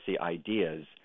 ideas